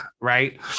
right